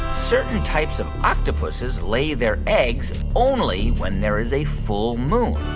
certain types of octopuses lay their eggs only when there is a full moon?